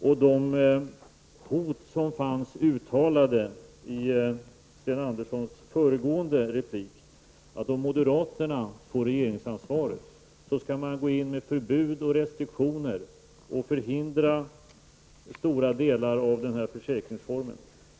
Sten Andersson hotade i sitt anförande att om moderaterna får regeringsansvaret skall de gå in med förbud, restriktioner och förhindra stora delar av den här försäkringsformen.